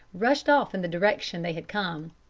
rushed off in the direction they had come.